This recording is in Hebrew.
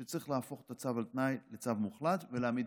הייתה שצריך להפוך את הצו על תנאי לצו מוחלט ולהעמיד